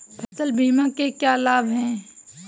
फसल बीमा के क्या लाभ हैं?